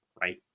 right